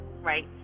right